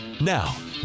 Now